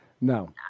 No